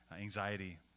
anxiety